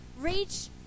Reach